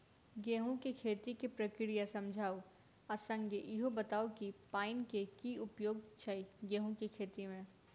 गेंहूँ केँ खेती केँ प्रक्रिया समझाउ आ संगे ईहो बताउ की पानि केँ की उपयोग छै गेंहूँ केँ खेती में?